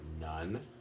None